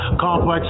complex